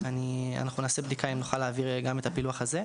אבל אנחנו נעשה בדיקה אם אנחנו נוכל להעביר גם את הפילוח הזה.